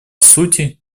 сути